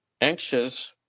anxious